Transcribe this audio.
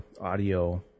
audio